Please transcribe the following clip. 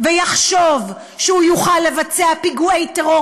ויחשוב שהוא יוכל לבצע פיגועי טרור